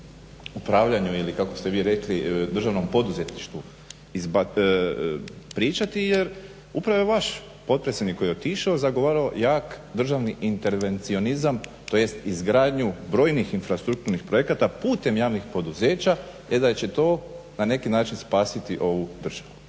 upravljanju ili kako ste vi rekli državnom poduzetništvu pričati, jer upravo je vaš potpredsjednik koji je otišao zagovarao jak državni intervencionizam, tj. izgradnju brojnih infrastrukturnih projekata putem javnih poduzeća e da će to na neki način spasiti ovu državu.